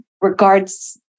regards